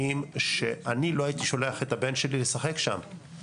מקומות שאני לא הייתי שולח את הבן שלי לשחק שם,